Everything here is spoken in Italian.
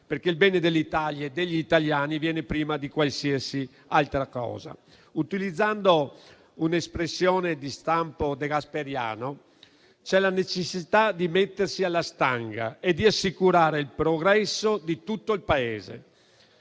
perché il bene dell'Italia e degli italiani viene prima di qualsiasi altra cosa. Utilizzando un'espressione di stampo degasperiano, c'è la necessità di "mettersi alla stanga" e di assicurare il progresso di tutto il Paese.